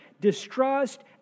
distrust